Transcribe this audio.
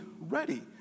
ready